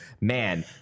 man